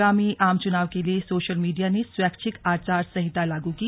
आगामी आम चुनाव के लिए सोशल मीडिया ने स्वैच्छिक आचार संहिता लागू की